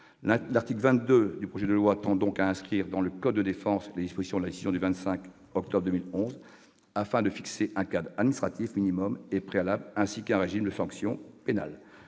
L'article 22 du projet de loi prévoit donc d'inscrire dans le code de la défense les dispositions de la décision du 25 octobre 2011, afin de fixer un cadre administratif minimum et préalable, ainsi qu'un régime de sanctions pénales.